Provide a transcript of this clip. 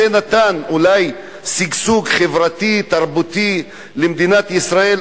האם זה נתן אולי שגשוג חברתי-תרבותי למדינת ישראל,